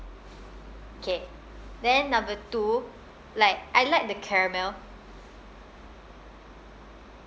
okay then number two like I like the caramel